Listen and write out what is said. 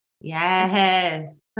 Yes